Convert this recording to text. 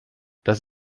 dass